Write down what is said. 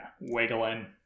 Wiggling